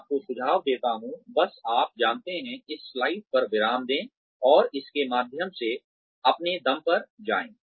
मैं आपको सुझाव देता हूँ बस आप जानते हैं इस स्लाइड पर विराम दें और इसके माध्यम से अपने दम पर जाएं